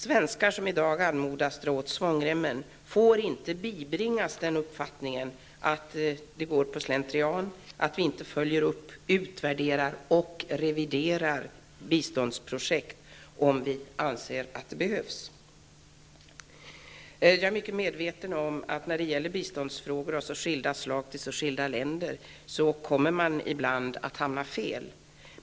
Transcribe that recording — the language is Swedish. Svenskar, som i dag anmodas dra åt svångremmen, får inte bibringas uppfattningen att det hela går slentrianmässigt eller att vi inte följer upp, utvärderar och reviderar biståndsprojekt om vi anser att det behövs. Jag är mycket medveten om att man när det gäller frågor om bistånd av så här skilda slag och som går till så vitt skilda länder ibland hamnar fel.